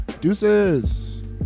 Deuces